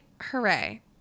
hooray